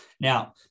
Now